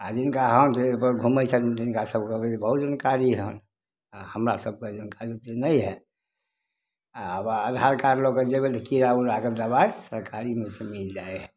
आदमी काहाँ जे ओहिपर घुमै छथिन तिनका सबके बहुत जनकारी हन आ हमरा सबके जनकारी ओते नहि हइ आब आधार कार्ड लऽ कऽ जेबै ने कीड़ा उड़ाके दबाइ सरकारीमे ओहिसे मिल जाइ हइ